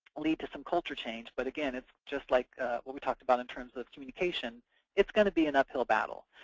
lead to some culture change, but again, it's just like what we talked about in terms of communication it's going to be an uphill battle.